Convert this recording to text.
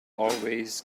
always